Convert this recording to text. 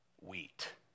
wheat